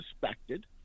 suspected